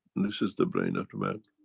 and this is the brain of the man.